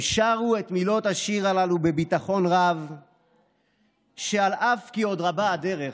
הם שרו את מילות השיר הללו בביטחון רב שאף כי עוד רבה הדרך,